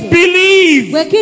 believe